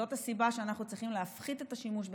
זאת הסיבה שאנחנו צריכים להפחית את השימוש בפחם,